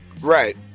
Right